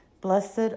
Blessed